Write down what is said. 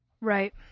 Right